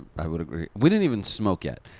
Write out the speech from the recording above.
i would agree. we didn't even smoke yet.